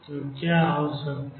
तो क्या हो सकता है